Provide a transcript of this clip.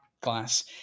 glass